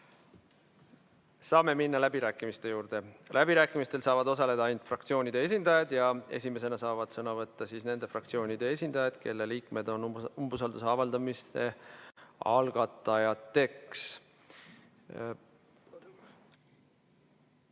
Saame minna läbirääkimiste juurde. Läbirääkimistel saavad osaleda ainult fraktsioonide esindajad. Esimesena saavad sõna võtta nende fraktsioonide esindajad, kelle liikmed on umbusalduse avaldamise algatanud.